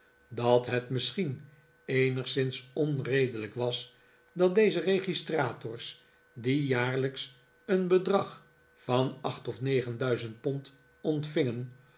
dat het misschien eenigszins onredelijk was dat deze registrators die jaarlijks een bedrag van acht of negenduizend pond ontvingen